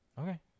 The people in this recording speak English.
Okay